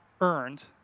earned